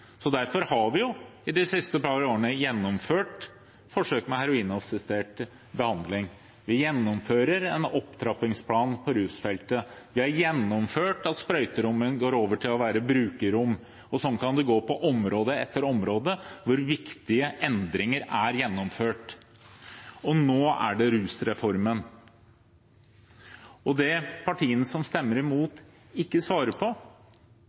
Derfor har vi de siste par årene gjennomført forsøk med heroinassistert behandling. Vi gjennomfører en opptrappingsplan på rusfeltet. Vi har gjennomført at sprøyterom går over til å være brukerrom. Sånn kan det gå på område etter område hvor viktige endringer er gjennomført. Nå er det rusreformen, og det partiene som stemmer imot, ikke svarer på,